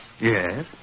Yes